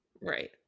Right